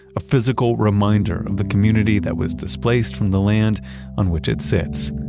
a physical reminder of the community that was displaced from the land on which it sits